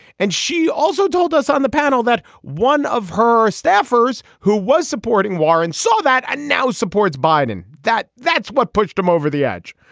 and she also told us on the panel that one of her staffers who was supporting warren saw that now supports biden, that that's what pushed him over the edge.